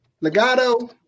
Legato